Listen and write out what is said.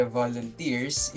volunteers